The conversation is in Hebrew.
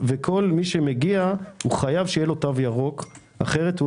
וכל מי שמגיע חייב שיהיה לו תו ירוק - אחרת לא